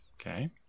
Okay